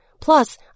Plus